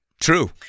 True